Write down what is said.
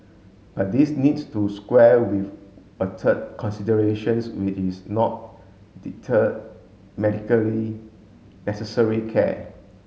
but this needs to square with a third considerations which is to not deter medically necessary care